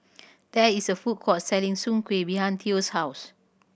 there is a food court selling Soon Kueh behind Theo's house